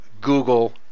Google